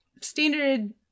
standard